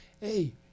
hey